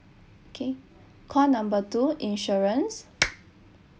okay call number two insurance